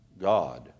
God